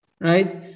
right